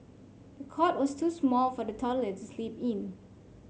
the cot was too small for the toddler to sleep in